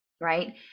right